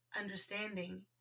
understanding